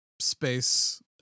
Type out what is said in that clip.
space